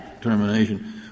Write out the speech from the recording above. termination